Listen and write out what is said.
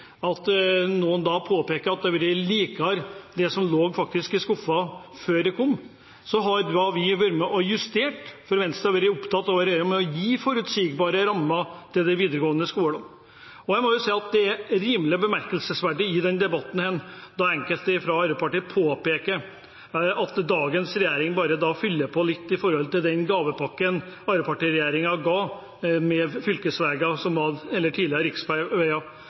at noen påpeker at det har vært bedre det som faktisk lå i skuffen før det kom. Vi har vært med og justert, for Venstre har vært opptatt av å gi forutsigbare rammer til de videregående skolene. Jeg må si at det er rimelig bemerkelsesverdig i denne debatten, når enkelte fra Arbeiderpartiet påpeker at dagens regjering bare fyller litt på gavepakken fra arbeiderpartiregjeringen, de tidligere riksveiene, med en innpakning det knapt var gavepapir på, og som